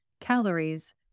calories